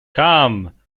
come